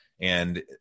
and-